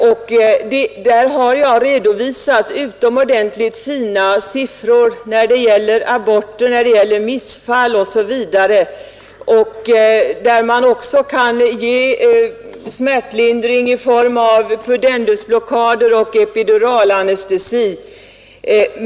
Jag har därifrån redovisat utomordentligt fina siffror när det gäller aborter, missfall osv. Jag har redogjort för möjligheten till smärtlindring i form av pudendusblockader och epiduralanestesi.